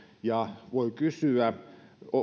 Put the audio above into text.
ja voi kysyä